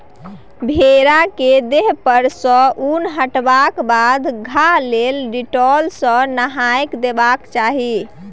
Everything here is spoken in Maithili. भेड़ा केर देह पर सँ उन हटेबाक बाद घाह लेल डिटोल सँ नहाए देबाक चाही